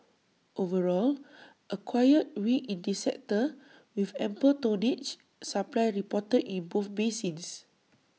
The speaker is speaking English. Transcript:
overall A quiet week in this sector with ample tonnage supply reported in both basins